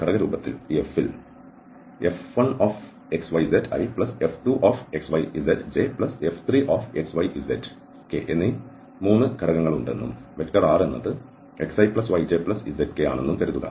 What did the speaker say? ഘടക രൂപത്തിൽ ഈ F ൽ F1xyziF2xyzjF3xyz എന്നീ 3 ഘടകങ്ങൾ ഉണ്ടെന്നും r എന്നത് xiyjzk ആണെന്നും കരുതുക